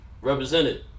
represented